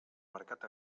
mercat